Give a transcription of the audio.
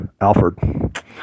Alfred